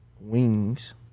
wings